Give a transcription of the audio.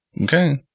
Okay